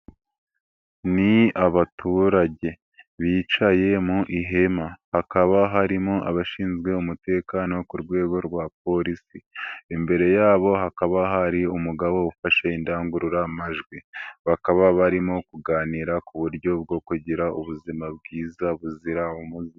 Ni abaturage, bicaye mu ihema, hakaba harimo abashinzwe umutekano ku rwego rwa polisi ,imbere yabo hakaba hari umugabo ufashe indangururamajwi ,bakaba barimo kuganira ku buryo bwo kugira ubuzima bwiza buzira umuze.